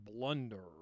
Blunder